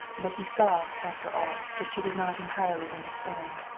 but he saw, after all, that she did not entirely understand.